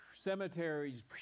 cemeteries